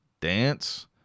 dance